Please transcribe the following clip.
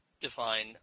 define